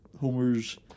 Homer's